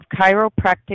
chiropractic